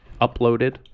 uploaded